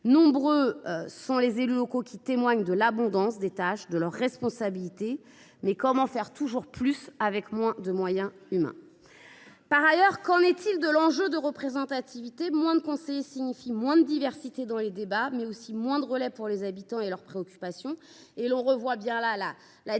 Nombreux sont les élus locaux qui témoignent de l’abondance des tâches qui leur incombent et de leurs responsabilités. Mais comment faire toujours plus avec moins de moyens humains ? Par ailleurs, qu’en est il de l’enjeu de la représentativité ? Moins de conseillers, cela signifie moins de diversité au cours des débats, mais aussi moins de relais pour les habitants et leurs préoccupations. Nous retrouvons bien là la dichotomie